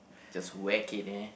just whack it eh